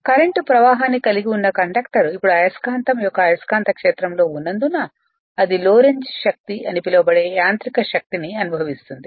current ప్రవాహాన్ని కలిగివున్న conductor ఇప్పుడు అయస్కాంతం యొక్క అయస్కాంత క్షేత్రంలో ఉన్నందున అది లోరెంజ్ శక్తి అని పిలువబడే యాంత్రిక శక్తిని అనుభవిస్తుంది